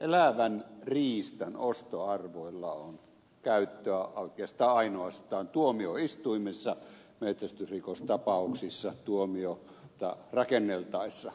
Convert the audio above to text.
elävän riistan ostoarvoilla on käyttöä oikeastaan ainoastaan tuomioistuimissa metsästysrikostapauksissa tuomiota rakenneltaessa